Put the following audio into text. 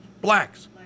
Blacks